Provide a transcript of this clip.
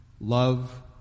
love